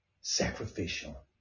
sacrificial